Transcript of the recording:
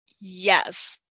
yes